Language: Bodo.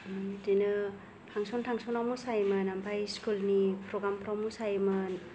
बिदिनो फांसन थांसनाव मोसायोमोन आमफाय स्कुल नि प्रग्राम फ्राव मोसायोमोन